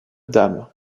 dames